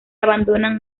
abandonan